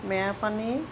মেৰপানী